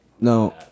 No